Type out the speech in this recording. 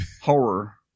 horror